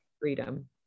freedom